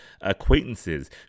acquaintances